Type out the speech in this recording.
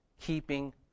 keeping